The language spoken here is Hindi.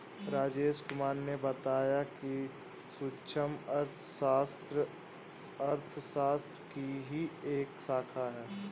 राजेश कुमार ने बताया कि सूक्ष्म अर्थशास्त्र अर्थशास्त्र की ही एक शाखा है